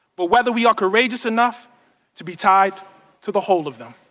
but whether we are courageous enough to be died to the whole of them.